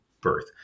birth